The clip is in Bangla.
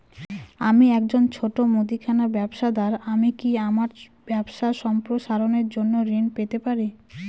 আমি একজন ছোট মুদিখানা ব্যবসাদার আমি কি আমার ব্যবসা সম্প্রসারণের জন্য ঋণ পেতে পারি?